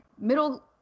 middle